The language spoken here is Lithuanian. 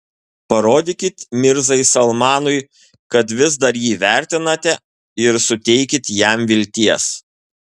parodykit mirzai salmanui kad vis dar jį vertinate ir suteikit jam vilties